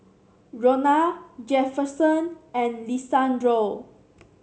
Ronna Jefferson and Lisandro